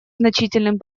значительным